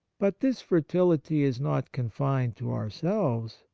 but this fertihty is not confined to ourselves,